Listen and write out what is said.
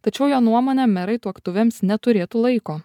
tačiau jo nuomone merai tuoktuvėms neturėtų laiko